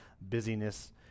busyness